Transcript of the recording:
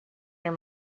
near